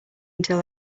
until